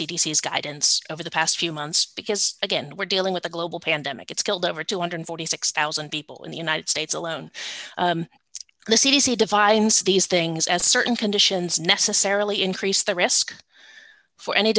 is guidance over the past few months because again we're dealing with a global pandemic it's killed over two hundred and forty six thousand people in the united states alone the c d c defines these things as certain conditions necessarily increase the risk for any